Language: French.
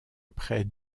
près